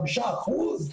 חמישה אחוז?